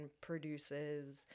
produces